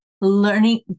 learning